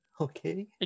Okay